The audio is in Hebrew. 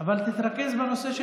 אבל תתרכז בנושא של